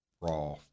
raw